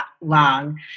long